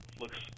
Looks